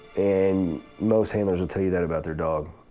and most handlers will tell you that about their dog.